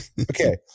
Okay